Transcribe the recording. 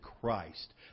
Christ